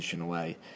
away